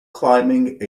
climbing